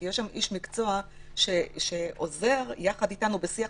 כי יש שם איש מקצוע שעוזר יחד אתנו בשיח